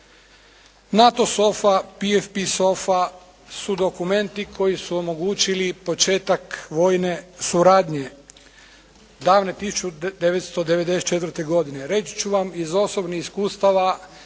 NATO SOFA-a, PfP SOFA-a su dokumenti koji su omogućili početak vojne suradnje davne 1994. godine. Reći ću vam iz osobnih iskustava